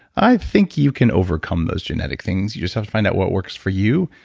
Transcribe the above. i think you can overcome those genetic things. you just have to find out what works for you,